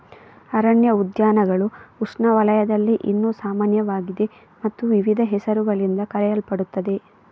ಅರಣ್ಯ ಉದ್ಯಾನಗಳು ಉಷ್ಣವಲಯದಲ್ಲಿ ಇನ್ನೂ ಸಾಮಾನ್ಯವಾಗಿದೆ ಮತ್ತು ವಿವಿಧ ಹೆಸರುಗಳಿಂದ ಕರೆಯಲ್ಪಡುತ್ತವೆ